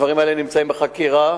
הדברים האלה נמצאים בחקירה.